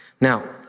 Now